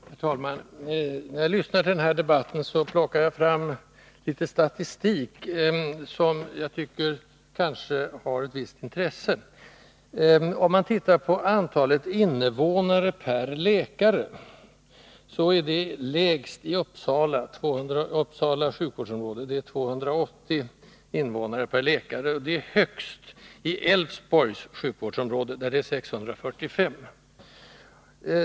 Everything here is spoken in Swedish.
Herr talman! Medan jag lyssnade till den här debatten, plockade jag fram litet statistik som jag tror har ett visst intresse. Om man tittar på antalet invånare per läkare, finner man att det är lägst i Uppsala sjukvårdsområde, 280 invånare per läkare. Antalet är högst i Älvsborgs sjukvårdsområde, där det är 645.